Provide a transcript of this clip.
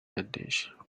bandage